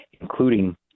including